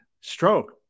stroke